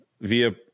via